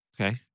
Okay